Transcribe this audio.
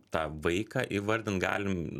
tą vaiką įvardint galim